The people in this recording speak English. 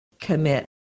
commit